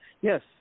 yes